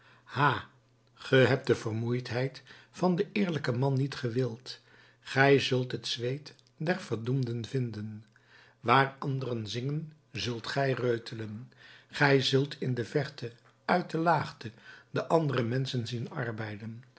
ha gij hebt de vermoeidheid van den eerlijken man niet gewild gij zult het zweet der verdoemden vinden waar anderen zingen zult gij reutelen gij zult in de verte uit de laagte de andere menschen zien arbeiden